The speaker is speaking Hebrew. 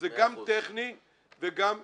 שזה גם טכני וגם ערכי.